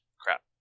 crap